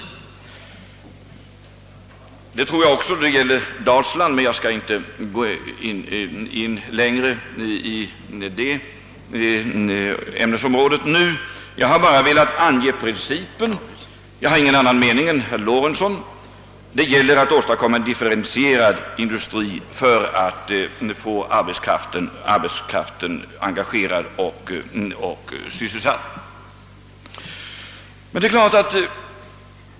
Jag tror också på att det skall bli möjligt att klara problemen i Dalsland på detta sätt, men jag skall inte nu gå närmare in på det ämnesområdet. Jag har bara velat ange principen, och jag har ingen annan mening än herr Lorentzon: det gäller att åstadkomma en differentiering för att få arbetskraften engagerad och sysselsatt.